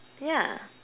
yeah